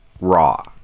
raw